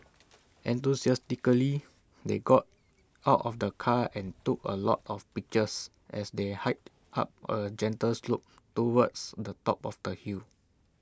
enthusiastically they got out of the car and took A lot of pictures as they hiked up A gentle slope towards the top of the hill